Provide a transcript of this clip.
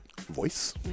voice